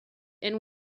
and